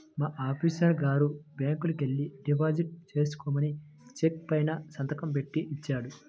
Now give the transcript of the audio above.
మా ఆఫీసరు గారు బ్యాంకుకెల్లి డిపాజిట్ చేసుకోమని చెక్కు పైన సంతకం బెట్టి ఇచ్చాడు